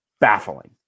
Baffling